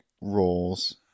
roles